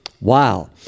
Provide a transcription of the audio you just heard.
Wow